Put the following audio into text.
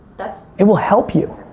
that's it will help you.